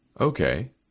Okay